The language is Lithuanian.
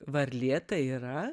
varlė tai yra